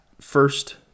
first